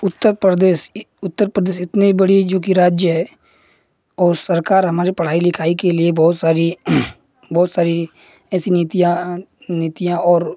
उत्तर प्रदेश उत्तर प्रदेश इतने बड़ी जो कि राज्य है और सरकार हमारी पढ़ाई लिखाई के लिए बहुत सारी बहुत सारी ऐसी नीतियाँ नीतियाँ और